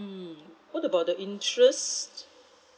mm what about the interest